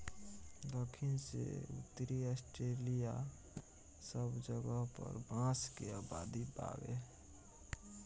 दखिन से उत्तरी ऑस्ट्रेलिआ सब जगह पर बांस के आबादी बावे